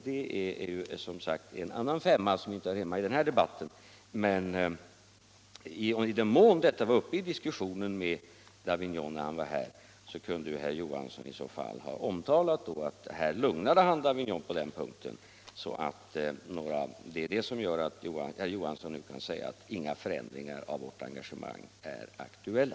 Detta är som sagt visserligen en annan femma, som inte hör hemma i den här debatten, men i den mån den frågan togs upp i diskussionen med herr Davignon när han var här kunde herr Johansson i så fall ha omtalat att han lugnat herr Davignon på den punkten och att han därför nu kan säga att inga förändringar i vårt engagemang är aktuella.